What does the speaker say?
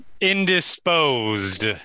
indisposed